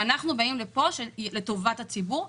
ואנחנו באים לפה לטובת הציבור,